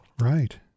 Right